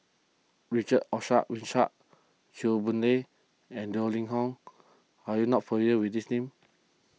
Richard Winstedt Chew Boon Lay and Yeo Ning Hong are you not familiar with these names